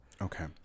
okay